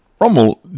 Rommel